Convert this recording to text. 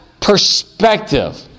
perspective